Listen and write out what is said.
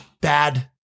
bad